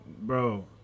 bro